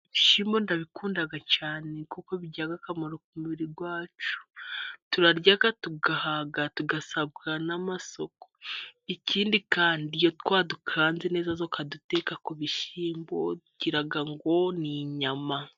Ibishyimbo ndabikunda cyane kuko bigira akamaro ku mubiri wacu. Turarya tugahaga tugasagurira n'amasoko. Ikindi kandi, iyo twadukanze neza tukaduteka ku bishyimbo, ugira ngo ni inyama.